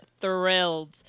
thrilled